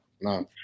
no